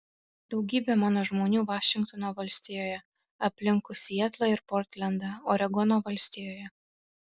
daugybė mano žmonių vašingtono valstijoje aplinkui sietlą ir portlendą oregono valstijoje